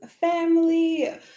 family